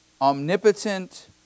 Omnipotent